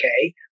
okay